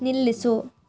ನಿಲ್ಲಿಸು